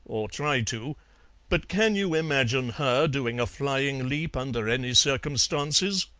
or try to but can you imagine her doing a flying leap under any circumstances?